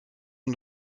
und